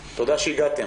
תודה שהגעתם.